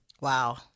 Wow